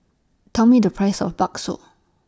Tell Me The Price of Bakso